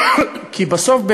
כי בסוף,